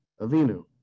Avinu